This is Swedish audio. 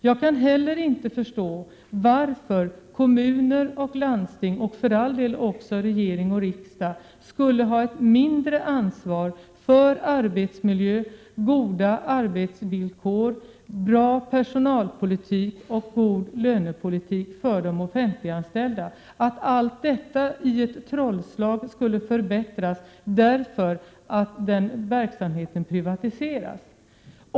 : Jag kan inte heller förstå varför kommuner och landsting, för all del också regering och riksdag, skulle ha ett mindre ansvar för arbetsmiljö, goda arbetsvillkor, bra personalpolitik och god lönepolitik. Att allt detta som genom ett trollslag skulle förbättras för att verksamheten privatiseras kan jag alltså inte förstå.